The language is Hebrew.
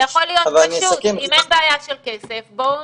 זה יכול להיות פשוט, אם אין בעיה של כסף בואו